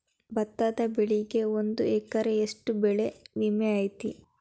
ಭತ್ತದ ಬೆಳಿಗೆ ಒಂದು ಎಕರೆಗೆ ಎಷ್ಟ ಬೆಳೆ ವಿಮೆ ಐತಿ?